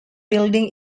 building